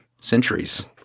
centuries